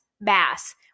bass